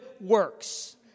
works